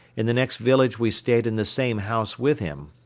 in the next village we stayed in the same house with him.